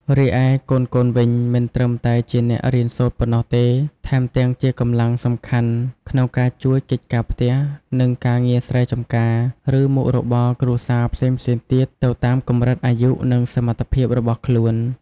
រីឯកូនៗវិញ មិនត្រឹមតែជាអ្នករៀនសូត្រប៉ុណ្ណោះទេ ថែមទាំងជាកម្លាំងសំខាន់ក្នុងការជួយកិច្ចការផ្ទះ និងការងារស្រែចម្ការ ឬមុខរបរគ្រួសារផ្សេងៗទៀតទៅតាមកម្រិតអាយុ និងសមត្ថភាពរបស់ខ្លួន។